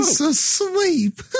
asleep